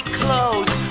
clothes